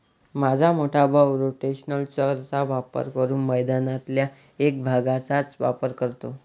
माझा मोठा भाऊ रोटेशनल चर चा वापर करून मैदानातल्या एक भागचाच वापर करतो